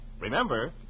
Remember